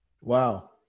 wow